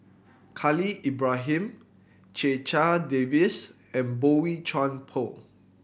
Khalil Ibrahim Checha Davies and Boey Chuan Poh